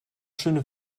schöne